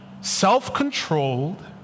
self-controlled